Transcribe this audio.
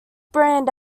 brand